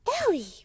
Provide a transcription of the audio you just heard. ellie